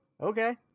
okay